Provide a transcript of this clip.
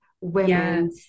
women